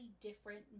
different